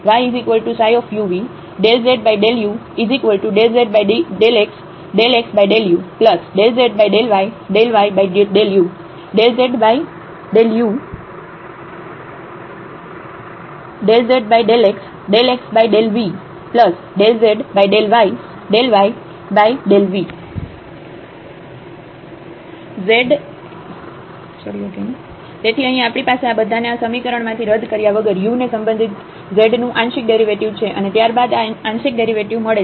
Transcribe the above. zf x y xu v yuv ∂z∂u∂z∂x∂x∂u∂z∂y∂y∂u ∂z∂v∂z∂x∂x∂v∂z∂y∂y∂v zf x y xu v yuv ∂z∂u∂z∂x∂x∂u∂z∂y∂y∂u ∂z∂v∂z∂x∂x∂v∂z∂y∂y∂v તેથી અહીં આપણી પાસે આ બધાને આ સમીકરણ માંથી રદ કર્યા વગર u ને સંબંધિત z નું આંશિક ડેરિવેટિવ છે અને ત્યારબાદ આ આંશિક ડેરિવેટિવ મળે છે